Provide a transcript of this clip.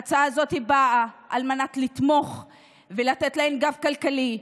ההצעה הזאת באה על מנת לתמוך ולתת להן גב כלכלי,